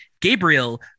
Gabriel